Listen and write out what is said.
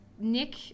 Nick